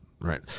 right